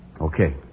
Okay